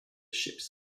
ships